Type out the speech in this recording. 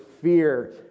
fear